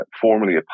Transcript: formally